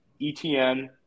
ETN